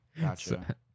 Gotcha